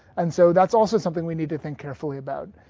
and so that's also something we need to think carefully about.